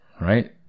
right